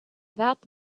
that